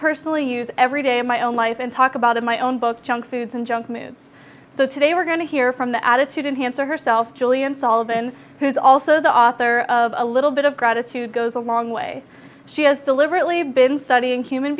personally use every day in my own life and talk about it my own book junk foods and junk moods so today we're going to hear from the attitude in hansard herself jillian sullivan who's also the author of a little bit of gratitude goes a long way she has deliberately been studying human